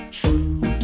true